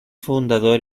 fundador